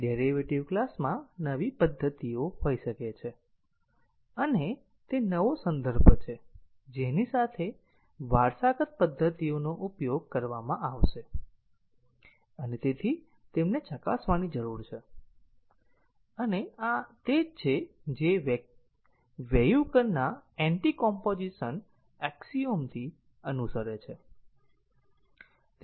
derivative ક્લાસમાં નવી પદ્ધતિઓ હોઈ શકે છે અને તે નવો સંદર્ભ છે જેની સાથે વારસાગત પદ્ધતિઓનો ઉપયોગ કરવામાં આવશે અને તેમને ચકાસવાની જરૂર છે અને આ તે જ છે જે વેયુકરના એન્ટીકોમ્પોઝિશન એક્સિયોમથી અનુસરે છે